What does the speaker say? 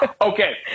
Okay